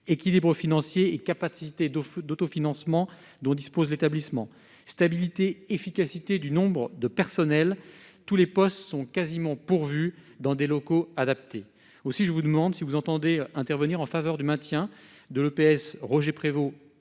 équilibres financiers et capacité de foot d'financement dont dispose l'établissement stabilité efficacité du nombre de personnels, tous les postes sont quasiment pourvus dans des locaux adaptés aussi je vous demande si vous entendez intervenir en faveur du maintien de l'EPS Roger Prévôt